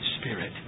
spirit